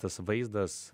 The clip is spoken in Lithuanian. tas vaizdas